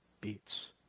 beats